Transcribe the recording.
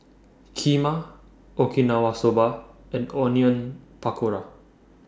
Kheema Okinawa Soba and Onion Pakora